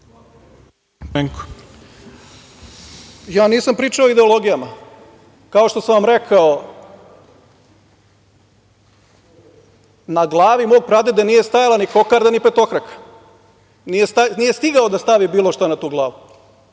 Nisam pričao o ideologijama. Kao što sam vam rekao, na glavi mog pradede nije stajala ni kokarda, ni petokraka. Nije stigao da stavi bilo šta na tu glavu,